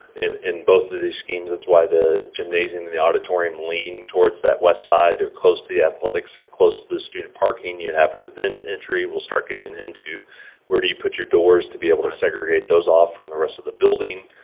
in in both of these schemes, it's why the gymnasium and the auditorium lean towards that west side. they're close to the athletics. they're close to the student parking. you have an event entry. we'll start getting into where do you put your doors to be able to segregate those off from the rest of the building.